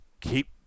keep